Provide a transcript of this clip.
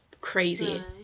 crazy